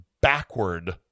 backward